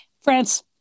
france